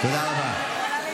תודה רבה.